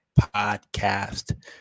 podcast